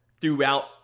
throughout